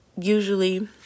usually